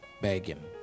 begging